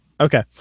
Okay